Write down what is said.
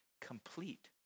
complete